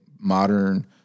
modern